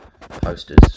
posters